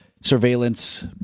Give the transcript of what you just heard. surveillance